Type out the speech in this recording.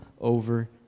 over